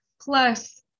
plus